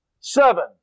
Seven